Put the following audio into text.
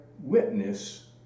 witness